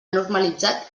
normalitzat